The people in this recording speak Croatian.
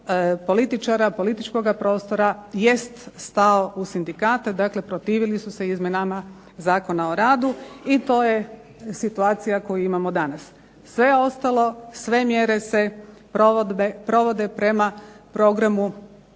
političara, političkoga prostora jest stao uz sindikate, dakle protivili su se izmjenama Zakona o radu i to je situacija koju imamo danas. Sve ostalo, sve mjere se provode prema programu